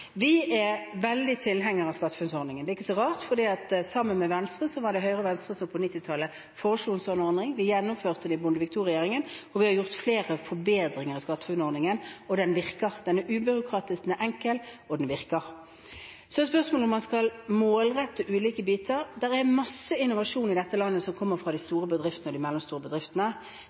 Vi er veldig tilhengere av SkatteFUNN-ordningen. Det er ikke så rart, for det var Høyre og Venstre som på 1990-tallet foreslo en slik ordning. Vi gjennomførte det i Bondevik II-regjeringen, og vi har gjort flere forbedringer i SkatteFUNN-ordningen, og den virker. Den er ubyråkratisk, den er enkel, og den virker. Så er spørsmålet om man skal målrette ulike biter. Det er masse innovasjon i dette landet som kommer fra de store og mellomstore bedriftene,